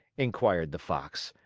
inquired the fox,